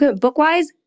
book-wise